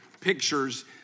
pictures